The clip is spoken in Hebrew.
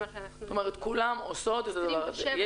כולן עושות את הדבר הזה?